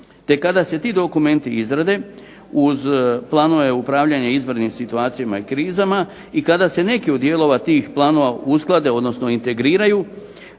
te kada se ti dokumenti izrade uz planove upravljanja u izvanrednim situacijama i krizama i kada se neki od dijelova tih planova usklade, odnosno integriraju